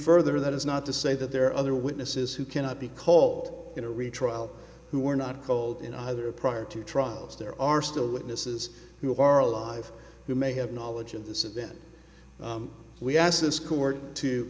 further that is not to say that there are other witnesses who cannot be called in a retrial who were not called in either prior to trials there are still witnesses who are alive who may have knowledge of this event we ask this court to